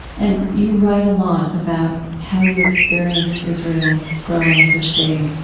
and you write a lot about how you experienced israel growing as a state,